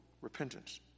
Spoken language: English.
repentance